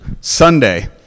Sunday